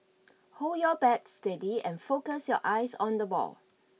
hold your bat steady and focus your eyes on the ball